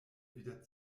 wieder